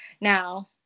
Now